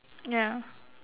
ya